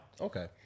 okay